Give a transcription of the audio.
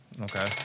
Okay